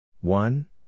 One